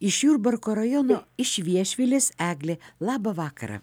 iš jurbarko rajono iš viešvilės eglė labą vakarą